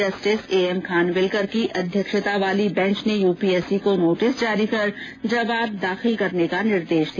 justice AM Khanwilkar की अध्यक्षता वाली बैंच ने यूपीएससी को नोटिस जारी कर जवाब दाखिल करने का निर्देश दिया